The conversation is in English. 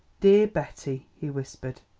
dear betty, he whispered.